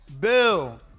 Bill